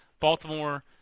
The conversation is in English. Baltimore